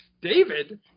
David